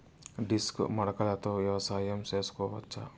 Disc మడకలతో వ్యవసాయం చేసుకోవచ్చా??